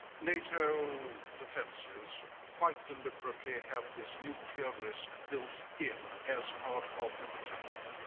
nato defenses quite deliberately have this nuclear risk built in as part of the deterrent.